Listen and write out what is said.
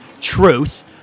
truth